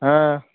ಹಾಂ